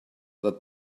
that